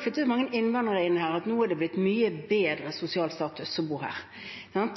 flyttet mange innvandrere inn her, så nå er det blitt mye høyere sosial status å bo her.